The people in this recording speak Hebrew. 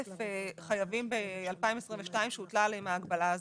חייבים ב-2022 שהוטלה עליהם ההגבלה הזאת.